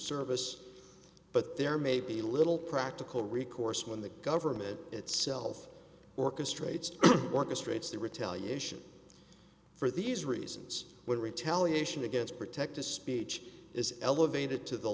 service but there may be little practical recourse when the government itself orchestrates orchestrates the retaliation for these reasons when retaliation against protected speech is elevated to the